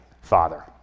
father